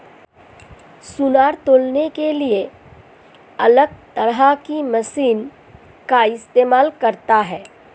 सुनार तौलने के लिए अलग तरह की मशीन का इस्तेमाल करता है